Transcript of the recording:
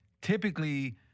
typically